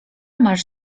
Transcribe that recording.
masz